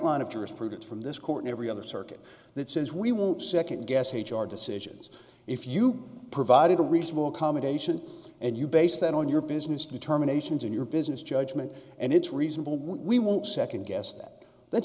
jurisprudence from this court every other circuit that says we will second guess which are decisions if you provided a reasonable accommodation and you base that on your business determinations in your business judgment and it's reasonable we won't second guess that that's